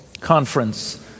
conference